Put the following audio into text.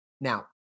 Now